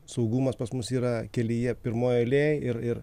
saugumas pas mus yra kelyje pirmoj eilėj ir ir